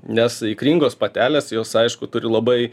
nes ikringos patelės jos aišku turi labai